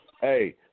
hey